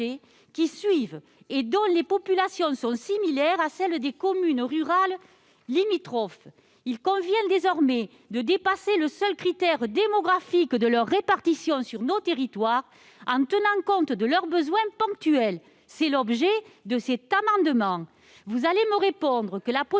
qui se suivent et dont les populations sont similaires à celles des communes rurales limitrophes. Il convient désormais de dépasser le seul critère démographique de leur répartition sur nos territoires, en tenant compte de leurs besoins ponctuels. Tel est l'objet de cet amendement. Vous me répondrez que la possibilité